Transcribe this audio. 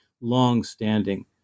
long-standing